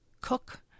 cook